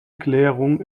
klärung